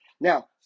Now